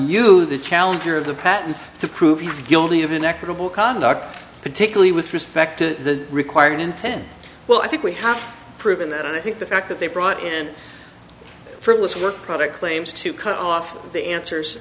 on the challenger of the patent to prove he's guilty of an equitable conduct particularly with respect to required intent well i think we have proven that i think the fact that they brought in frivolous work product claims to cut off the answers